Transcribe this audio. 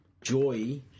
Joy